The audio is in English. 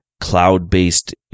cloud-based